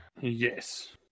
yes